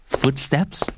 footsteps